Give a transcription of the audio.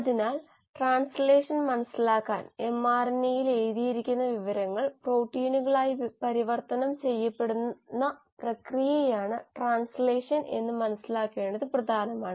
അതിനാൽ ട്രാൻസ്ലേഷൻ മനസിലാക്കാൻ mRNA യിൽ എഴുതിയിരിക്കുന്ന വിവരങ്ങൾ പ്രോട്ടീനുകളായി പരിവർത്തനം ചെയ്യപ്പെടുന്ന പ്രക്രിയയാണ് ട്രാൻസ്ലേഷൻ എന്ന് മനസ്സിലാക്കേണ്ടത് പ്രധാനമാണ്